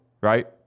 right